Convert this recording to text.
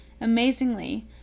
Amazingly